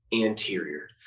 anterior